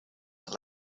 that